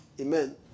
Amen